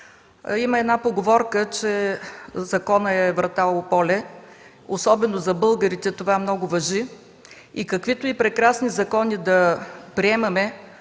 Има една поговорка, че законът е врата у пόле. Особено за българите това много важи и каквито и прекрасни закони да приемаме,